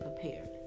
prepared